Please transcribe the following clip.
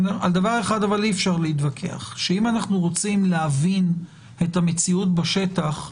אבל על דבר אחד אי-אפשר להתווכח: אם אנחנו רוצים להבין את המציאות בשטח,